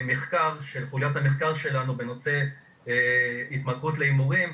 מכתב של חוליית המחקר שלנו בנושא התמכרות להימורים,